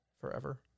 forever